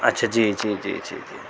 اچھا جی جی جی جی جی